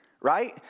right